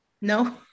No